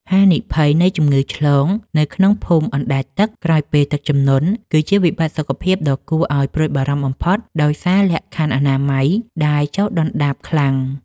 ហានិភ័យនៃជំងឺឆ្លងនៅក្នុងភូមិអណ្តែតទឹកក្រោយពេលទឹកជំនន់ គឺជាវិបត្តិសុខភាពដ៏គួរឱ្យព្រួយបារម្ភបំផុត ដោយសារលក្ខខណ្ឌអនាម័យដែលចុះដុនដាបខ្លាំង។